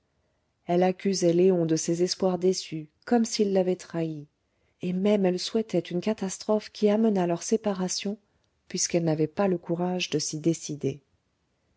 elle accusait léon de ses espoirs déçus comme s'il l'avait trahie et même elle souhaitait une catastrophe qui amenât leur séparation puisqu'elle n'avait pas le courage de s'y décider